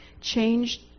changed